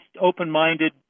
open-minded